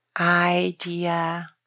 idea